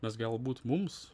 nes galbūt mums